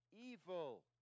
evil